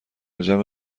جمع